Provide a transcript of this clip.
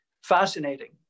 Fascinating